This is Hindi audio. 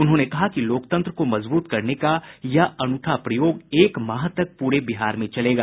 उन्होंने कहा कि लोकतंत्र को मजबूत करने का यह अनूठा प्रयोग एक माह तक प्रे बिहार में चलेगा